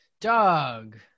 Dog